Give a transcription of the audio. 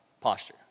posture